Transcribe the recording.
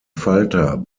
falter